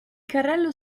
carrello